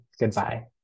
Goodbye